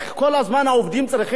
העובדים צריכים לאיים,